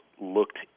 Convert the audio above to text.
looked